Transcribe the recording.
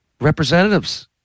representatives